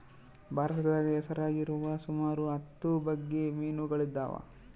ಭಾರತದಾಗ ಹೆಸರಾಗಿರುವ ಸುಮಾರು ಹತ್ತು ಬಗೆ ಮೀನುಗಳಿದವ